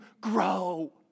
grow